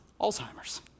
Alzheimer's